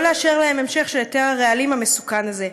לא לאשר להם המשך של היתר הרעלים המסוכן הזה,